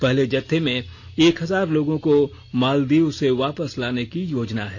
पहले जत्थे में एक हजार लोगों को मालदीव से वापस लाने की योजना है